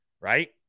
Right